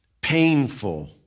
painful